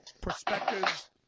Perspectives